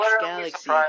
galaxy